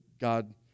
God